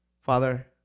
Father